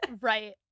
Right